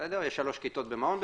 יש 3 כיתות במעון,